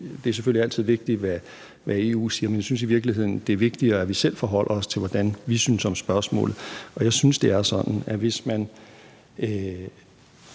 Det er selvfølgelig altid vigtigt, hvad EU siger, men jeg synes i virkeligheden, det er vigtigere, at vi selv forholder os til, hvad vi synes om spørgsmålet. Og jeg synes, det er sådan, at hvis man